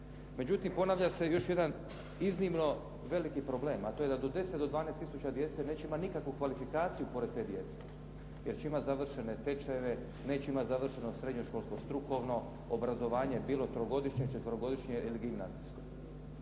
Međutim, ponavlja se još jedan iznimno veliki problem, a to je da od 10 do 12.000 djece neće imati nikakvu kvalifikaciju pored te djece, jer će imati završene tečajeve, neće imati završeno srednjoškolsko strukovno obrazovanje, bilo trogodišnje, četverogodišnje ili gimnazijsko.